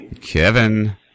Kevin